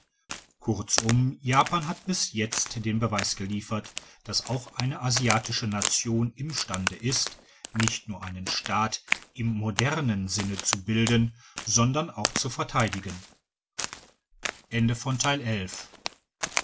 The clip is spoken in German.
kurzum japan hat bis jetzt den beweis geliefert dass auch eine asiatische nation im stande ist nicht nur einen staat im modernen sinne zu bilden sondern auch zu verteidigen